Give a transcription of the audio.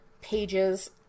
pages